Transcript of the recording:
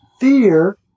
fear